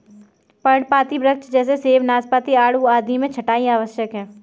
पर्णपाती वृक्ष जैसे सेब, नाशपाती, आड़ू आदि में छंटाई आवश्यक है